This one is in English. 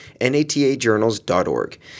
natajournals.org